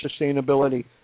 sustainability